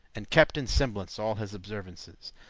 and kept in semblance all his observances,